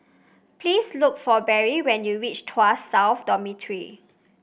please look for Barry when you reach Tuas South Dormitory